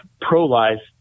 pro-life